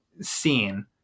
scene